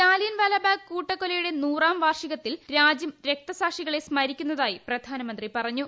ജാലിയൻവാലാ ബാഗ് കൂട്ടക്കൊലയുടെ ്യൂ ന്യൂറാം വാർഷികത്തിൽ രാജ്യം രക്തസാക്ഷികളെ സ്മരിക്കുന്നതായി പ്രധാനമന്ത്രി പറഞ്ഞു